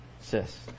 sis